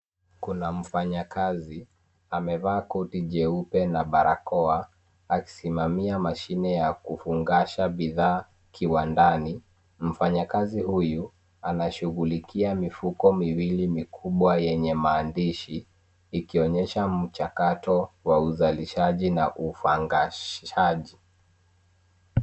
Kuna mfanyikazi Amevaa koti jeupe na barakoa akisimamia mashini ya kufungasha bidhaa kiwandani ,mfanyikazi huyu anashughulikia mifuko miwili mikubwa yenye maandishi ikionyesha mchakato wa uzalishaji na ufangashaji.